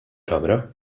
kamra